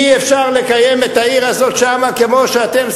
אי-אפשר לקיים את העיר הזאת שם כמו שאתם,